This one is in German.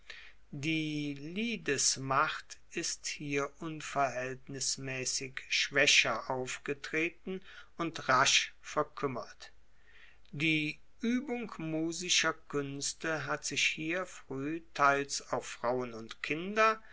die liedesmacht ist hier unverhaeltnismaessig schwaecher aufgetreten und rasch verkuemmert die uebung musischer kuenste hat sich hier frueh teils auf frauen und kinder